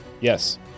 Yes